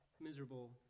miserable